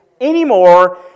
Anymore